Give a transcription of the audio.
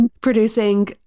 producing